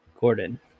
Gordon